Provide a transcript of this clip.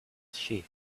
sheep